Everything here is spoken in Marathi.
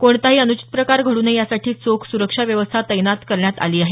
कोणताही अन्चित प्रकार घडू नये यासाठी चोख सुरक्षा व्यवस्था तैनात करण्यात आली आहे